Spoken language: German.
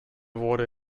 wurde